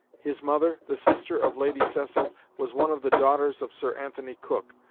his mother, the sister of lady cecil, was one of the daughters of sir antony cook,